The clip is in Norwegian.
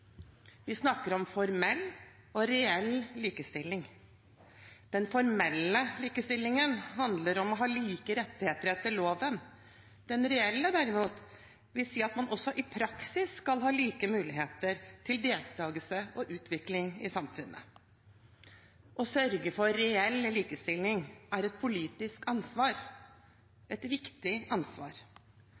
Vi snakker om formell og reell likestilling. Den formelle likestillingen handler om å ha like rettigheter etter loven, den reelle derimot, vil si at man også i praksis skal ha like muligheter til deltakelse og utvikling i samfunnet. Å sørge for reell likestilling er et politisk ansvar – et viktig ansvar.